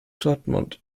dortmund